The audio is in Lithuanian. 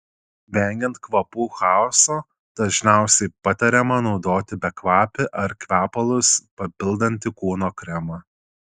vengiant kvapų chaoso dažniausiai patariama naudoti bekvapį ar kvepalus papildantį kūno kremą